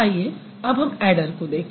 आइए अब हम ऐडर को देखें